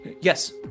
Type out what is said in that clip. Yes